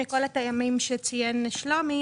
מכל הטעמים שציין שלומי,